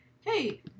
hey